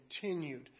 continued